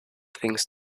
things